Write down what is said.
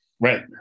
Right